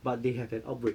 but they have an outbreak